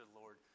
Lord